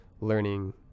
learning